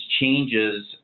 changes